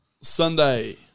Sunday